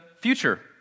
future